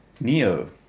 Neo